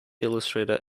illustrator